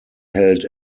held